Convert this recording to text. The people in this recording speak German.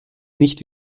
nicht